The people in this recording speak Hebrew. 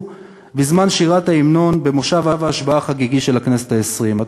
בזמן שירת ההמנון במושב ההשבעה החגיגי של הכנסת העשרים.